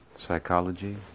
psychology